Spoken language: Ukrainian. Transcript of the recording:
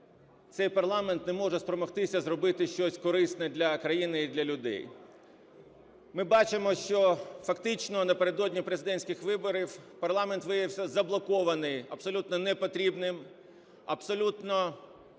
цей парламент не може спромогтися зробити щось корисне для країни і для людей. Ми бачимо, що фактично напередодні президентських виборів парламент виявився заблокований абсолютно непотрібним, абсолютно політизованим